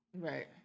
Right